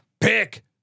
pick